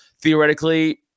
theoretically